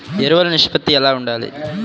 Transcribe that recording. ఎరువులు నిష్పత్తి ఎలా ఉండాలి?